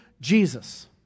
Jesus